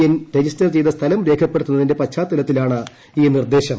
N register ചെയ്ത സ്ഥലം രേഖപ്പെടുത്തുന്നതിന്റെ പശ്ചാത്തലത്തിലാണ് ഈ നിർദ്ദേശം